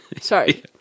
Sorry